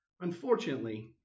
Unfortunately